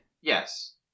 Yes